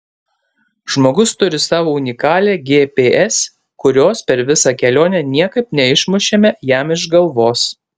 žmogus turi savo unikalią gps kurios per visą kelionę niekaip neišmušėme jam iš galvos